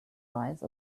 rise